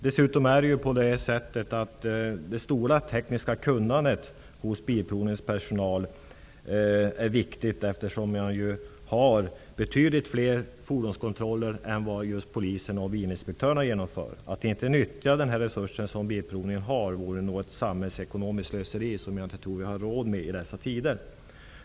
Dessutom finns det stora tekniska kunnandet hos Bilprovnings personal, eftersom man där genomför betydligt fler fordonskontroller än vad Polisen och bilinspektörerna gör. Att inte nyttja den resurs som Bilprovning har vore samhällsekonomiskt slöseri som jag inte tror att vi har råd med i dessa tider.